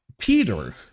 Peter